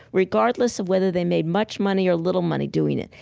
regardless of whether they made much money or little money doing it.